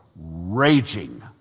raging